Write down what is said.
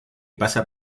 pasa